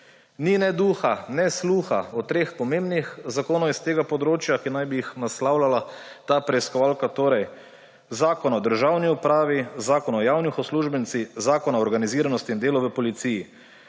Ni ne duha ne sluha o treh pomembnih zakonih s tega področja, ki naj bi jih naslavljala ta preiskovalka, torej Zakon o državni upravi, Zakon o javnih uslužbencih, Zakon o organiziranosti in delu v policiji.